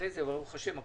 ברוך השם,